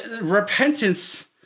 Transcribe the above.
repentance